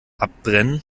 abbrennen